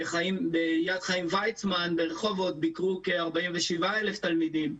ביד חיים ויצמן ברחובות ביקרו כ-47,000 תלמידים.